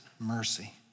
Mercy